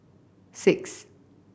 six